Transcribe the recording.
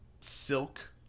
silk